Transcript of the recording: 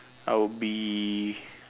I would be